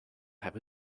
have